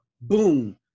boom